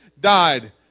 died